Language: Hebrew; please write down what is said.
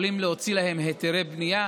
יכולים להוציא להן היתרי בנייה.